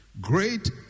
great